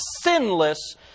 sinless